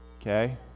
Okay